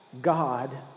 God